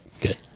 Good